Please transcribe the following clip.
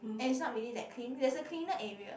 and it's not really that clean there is a cleaner area